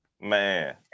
man